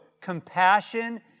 compassion